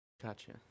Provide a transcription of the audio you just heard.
Gotcha